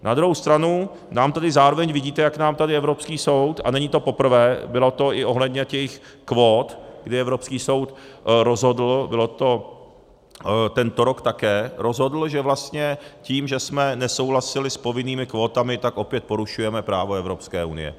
Na druhou stranu tady zároveň vidíte, jak nám tady evropský soud, a není to poprvé, bylo to i ohledně jejich kvót, kdy evropský soud rozhodl, bylo to také tento rok, rozhodl, že vlastně tím, že jsme nesouhlasili s povinnými kvótami, tak opět porušujeme právo Evropské unie.